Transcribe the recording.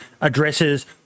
addresses